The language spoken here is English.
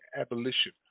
abolition